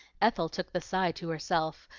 ethel took the sigh to herself,